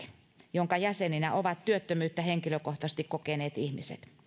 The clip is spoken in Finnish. jonka jäseninä ovat työttömyyttä henkilökohtaisesti kokeneet ihmiset